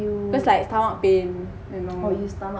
cause like stomach pain you know